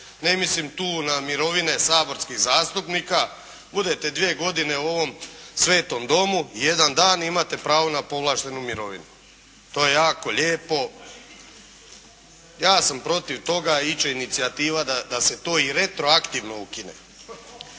ne mislim tu na mirovine saborskih zastupnika. Budete dvije godine u ovom svetom Domu jedan dan i imate pravo na povlaštenu mirovinu. To je jako lijepo. Ja sam protiv toga. Ići će inicijativa da se to i retroaktivno ukine.